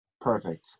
perfect